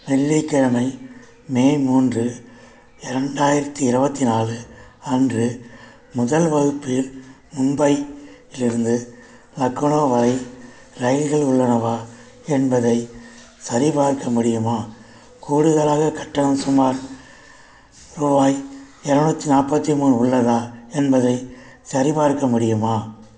வெள்ளிக்கிழமை மே மூன்று இரண்டாயிரத்தி இருவத்தி நாலு அன்று முதல் வகுப்பில் மும்பையிலிருந்து லக்னோவை ரயில்கள் உள்ளனவா என்பதை சரிபார்க்க முடியுமா கூடுதலாக கட்டணம் சுமார் ரூவாய் இரநூத்தி நாற்பத்தி மூணு உள்ளதா என்பதை சரிபார்க்க முடியுமா